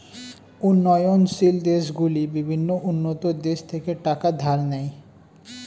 উন্নয়নশীল দেশগুলি বিভিন্ন উন্নত দেশ থেকে টাকা ধার নেয়